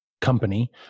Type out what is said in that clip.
company